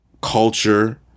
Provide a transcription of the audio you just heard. culture